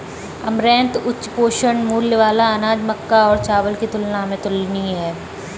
amaranth उच्च पोषण मूल्य वाला अनाज मक्का और चावल की तुलना में तुलनीय है